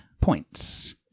points